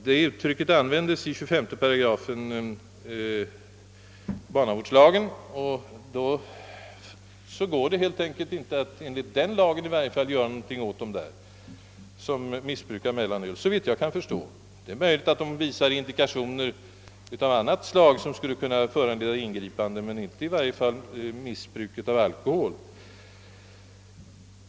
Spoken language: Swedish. Det uttrycket användes i 25 8 barnavårdslagen, och enligt den går det då helt enkelt inte att göra någonting åt ungdom som missbrukar mellanöl; fast det ju är möjligt att indikationer av annat slag än alkoholmissbruk skulle kunna föreligga och föranleda ingripanden.